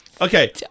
Okay